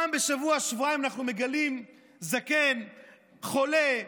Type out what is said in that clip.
פעם בשבוע-שבועיים אנחנו מגלים זקן, חולה,